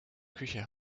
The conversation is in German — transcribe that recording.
küche